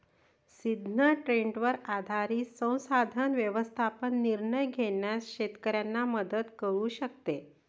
सिद्ध ट्रेंडवर आधारित संसाधन व्यवस्थापन निर्णय घेण्यास शेतकऱ्यांना मदत करू शकते